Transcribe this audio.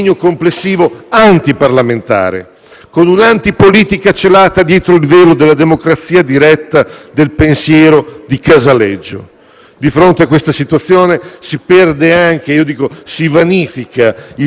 Di fronte a questa situazione si perde anche - io dico: si vanifica - il senso di qualsiasi ruolo dell'opposizione volto a migliorare i provvedimenti.